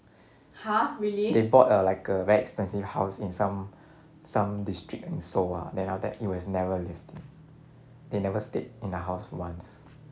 they bought a like a very expensive house in some some district and so ah then after that it was never lived they never stayed in the house once